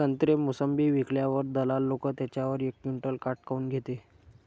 संत्रे, मोसंबी विकल्यावर दलाल लोकं त्याच्यावर एक क्विंटल काट काऊन घेते?